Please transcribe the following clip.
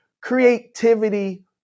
creativity